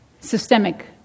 systemic